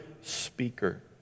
speaker